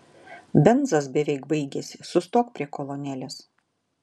benzas beveik baigėsi sustok prie kolonėlės